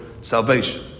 salvation